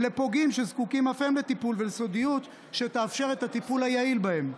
ולפוגעים הזקוקים אף הם לטיפול ולסודיות שתאפשר את הטיפול בהם.